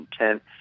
intent